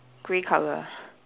grey color